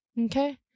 Okay